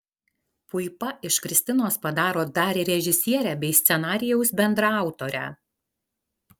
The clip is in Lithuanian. puipa iš kristinos padaro dar ir režisierę bei scenarijaus bendraautorę